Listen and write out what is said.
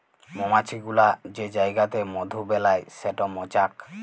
মমাছি গুলা যে জাইগাতে মধু বেলায় সেট মচাক